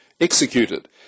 executed